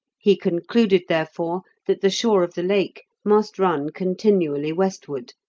he concluded, therefore, that the shore of the lake must run continually westward,